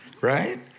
right